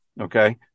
okay